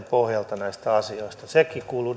pohjalta näistä asioista sekin kuuluu